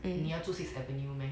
你要住 sixth avenue meh